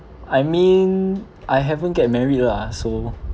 I mean I haven't get married lah so